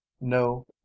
no